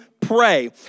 pray